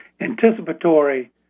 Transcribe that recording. anticipatory